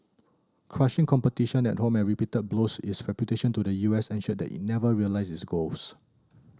crushing competition at home and repeated blows its reputation to the U S ensured that it never realised those goals